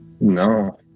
No